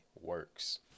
works